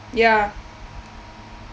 ya